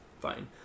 fine